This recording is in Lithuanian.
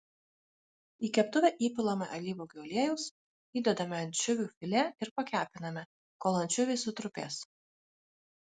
į keptuvę įpilame alyvuogių aliejaus įdedame ančiuvių filė ir pakepiname kol ančiuviai sutrupės